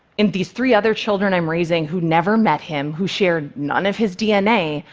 in these three other children i'm raising, who never met him, who share none of his dna,